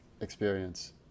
experience